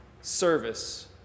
service